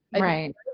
Right